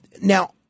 Now